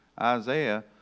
Isaiah